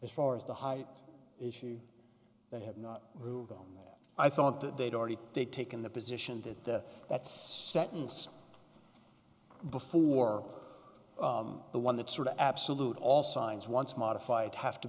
as far as the height issue they have not ruled on that i thought that they'd already taken the position that the that's sentence before the one that sort of absolute all signs once modified have to